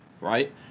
right